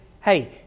hey